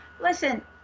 Listen